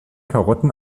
karotten